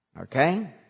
Okay